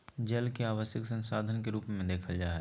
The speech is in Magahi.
जल के आवश्यक संसाधन के रूप में देखल जा हइ